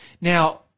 Now